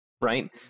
right